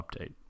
update